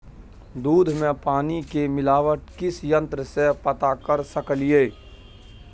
दूध में पानी के मिलावट किस यंत्र से पता कर सकलिए?